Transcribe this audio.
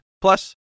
Plus